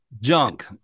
junk